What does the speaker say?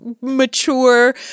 mature